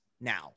now